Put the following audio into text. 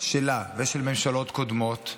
שלה ושל ממשלות קודמות,